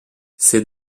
ces